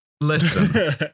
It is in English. Listen